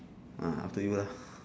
ah after you lah